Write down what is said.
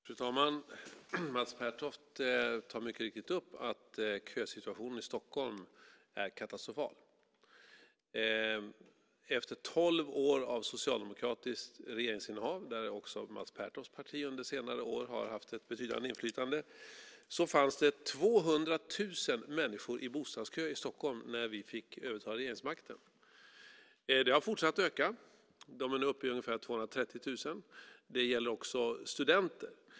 Fru talman! Mats Pertoft tar mycket riktigt upp att kösituationen i Stockholm är katastrofal. Efter tolv år av socialdemokratiskt regeringsinnehav, där också Mats Pertofts parti under senare år hade ett betydande inflytande, fanns det 200 000 människor i bostadskö i Stockholm när vi fick överta regeringsmakten. Antalet människor har fortsatt att öka och är nu uppe i ungefär 230 000. Det gäller också studenter.